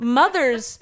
mothers